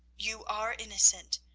you are innocent,